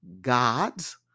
gods